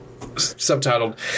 subtitled